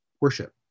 worship